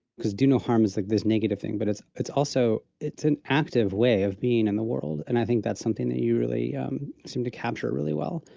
because do no harm is like this negative thing. but it's, it's also it's an active way of being in the world. and i think that's something that you really seem to capture really well.